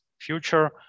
future